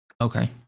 Okay